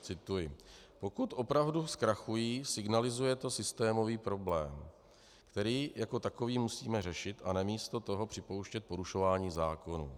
Cituji: Pokud opravdu zkrachují, signalizuje to systémový problém, který jako takový musíme řešit, a ne místo toho připouštět porušování zákonů.